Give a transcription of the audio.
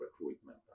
recruitment